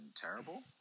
terrible